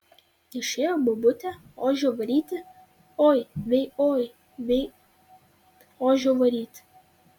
išėjo bobutė ožio varyti oi vei oi vei ožio varyti